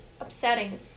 upsetting